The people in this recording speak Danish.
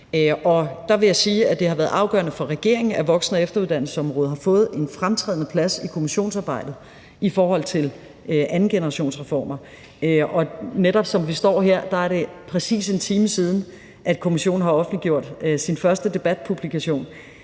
det har været afgørende for regeringen, at voksen- og efteruddannelsesområdet har fået en fremtrædende plads i kommissionsarbejdet i forhold til andengenerationsreformer, og netop som vi står her, er det præcis en time siden, at kommissionen har offentliggjort sin første debatpublikation,